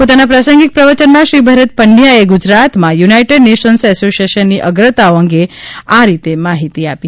પોતાના પ્રાસંગિક પ્રવચનમાં શ્રી ભરત પંડ્યાએ ગુજરાતમાં યુનાઇટેડ નેશન્સ એસોસિએશનની અગ્રતાઓ અંગે આ રીતે માહીતી આપી